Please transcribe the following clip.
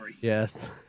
Yes